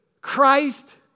Christ